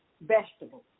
vegetables